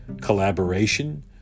collaboration